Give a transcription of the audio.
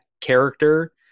character